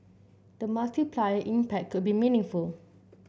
the multiplier impact could be meaningful